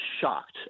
shocked